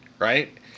Right